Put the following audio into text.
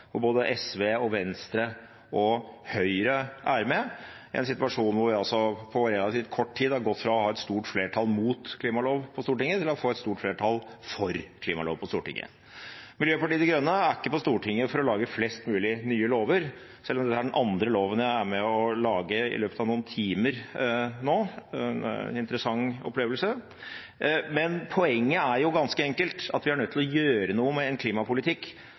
hvor både SV, Venstre og Høyre er med, en situasjon hvor vi på relativt kort tid har gått fra å ha et stort flertall på Stortinget mot klimalov, til å få et stort flertall på Stortinget for klimalov. Miljøpartiet De Grønne er ikke på Stortinget for å lage flest mulig nye lover – selv om dette er den andre loven jeg er med og lager i løpet av noen timer nå, en interessant opplevelse – men poenget er ganske enkelt at vi er nødt til å gjøre noe med en klimapolitikk